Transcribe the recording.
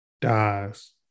dies